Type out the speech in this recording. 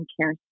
care